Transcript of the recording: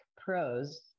pros